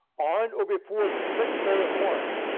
on or before the sixth day of march,